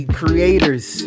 creators